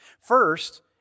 First